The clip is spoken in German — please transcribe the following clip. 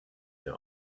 mehr